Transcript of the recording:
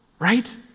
Right